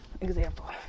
example